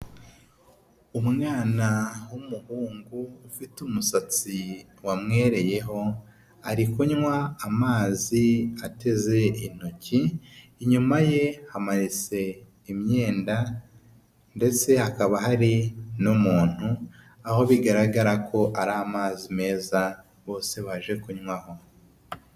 Umwana w'umuhungu ufite umusatsi wamwereyeho ari kunywa amazi ateze intoki, inyuma ye hamanitse imyenda ndetse hakaba hari n'umuntu, aho bigaragara ko ari amazi meza bose baje kunywaho.